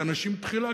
כי האנשים תחילה,